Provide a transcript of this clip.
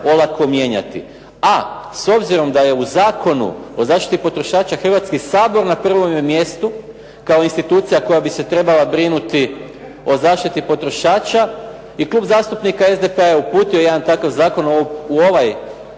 A s obzirom da je u Zakonu o zaštiti potrošača Hrvatski sabor na prvome mjestu kao institucija koja bi se trebala brinuti o zaštiti potrošača i Klub zastupnika SDP-a je uputio jedan takav zakon na ovu